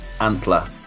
Antler